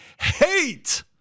hate